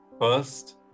First